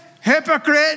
hypocrite